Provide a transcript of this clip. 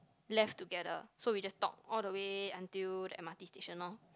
left together so we just talk all the way until the M_R_T station loh